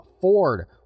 Ford